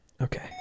okay